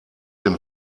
dem